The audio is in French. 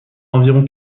environ